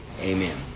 Amen